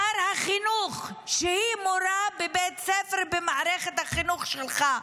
שר החינוך, שהיא מורה בבית ספר במערכת החינוך שלך,